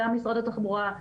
גם משרד התחבורה,